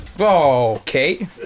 Okay